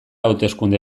hauteskunde